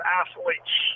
athletes